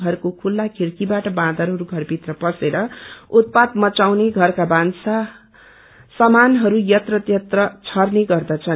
घरको खुल्ला खिङ्कीबाट बाँदरहरू घरभित्र पसेर उत्पात मचाउने षरका सामानहरू यत्रत्र छर्ने गर्दछन्